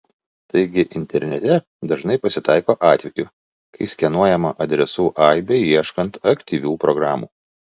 taigi internete dažnai pasitaiko atvejų kai skenuojama adresų aibė ieškant aktyvių programų